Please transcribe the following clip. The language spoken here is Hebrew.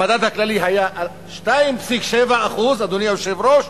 המדד הכללי היה 2.7%, אדוני היושב-ראש,